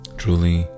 truly